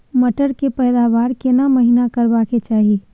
मटर के पैदावार केना महिना करबा के चाही?